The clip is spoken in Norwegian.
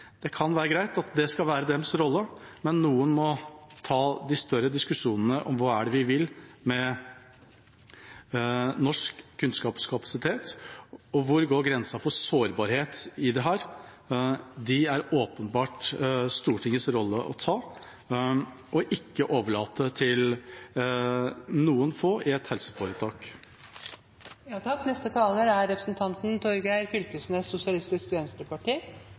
Det kan være greit at det skal være deres rolle, men noen må ta de større diskusjonene om hva vi vil med norsk kunnskapskapasitet, og hvor grensen for sårbarhet går. De er det åpenbart Stortingets rolle å ta og ikke overlate til noen få i et helseforetak. Eg vil først takke interpellanten for å ha reist eit høgst aktuelt spørsmål. Så vil eg seie til representanten